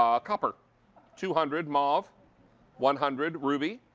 um copper two hundred, mauve one hundred ruby,